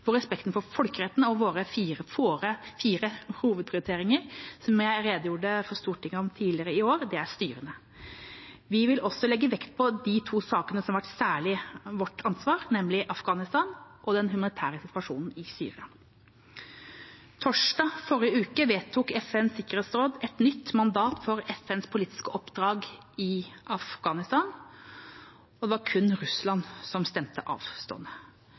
for folkeretten og våre fire hovedprioriteringer, som jeg redegjorde for Stortinget om tidligere i år, er styrende. Vi vil også legge vekt på de to sakene vi har et særlig ansvar for, nemlig Afghanistan og den humanitære situasjonen i Syria. Torsdag forrige uke vedtok FNs sikkerhetsråd et nytt mandat for FNs politiske oppdrag i Afghanistan. Det var kun Russland som var avstående.